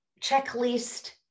checklist